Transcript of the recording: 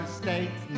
state's